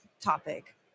topic